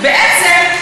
בעצם,